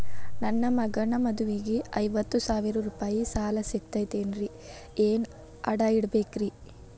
ನನ್ನ ಮಗನ ಮದುವಿಗೆ ಐವತ್ತು ಸಾವಿರ ರೂಪಾಯಿ ಸಾಲ ಸಿಗತೈತೇನ್ರೇ ಏನ್ ಅಡ ಇಡಬೇಕ್ರಿ?